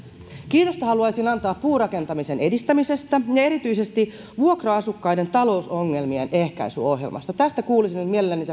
kiitosta haluaisin antaa puurakentamisen edistämisestä ja erityisesti vuokra asukkaiden talousongelmien ehkäisyohjelmasta tästä miljoonasta kuulisin mielelläni lisää